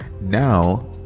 now